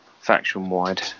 faction-wide